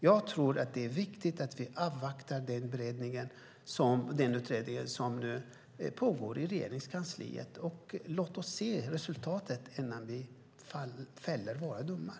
Jag tror att det är viktigt att vi avvaktar den utredning som pågår i Regeringskansliet. Låt oss se resultatet innan vi fäller våra domar!